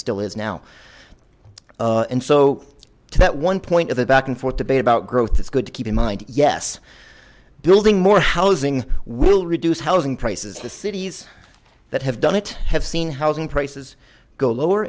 still is now and so to that one point of the back and forth debate about growth it's good to keep in mind yes building more housing will reduce housing prices the cities that have done it have seen housing prices go lower